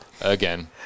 again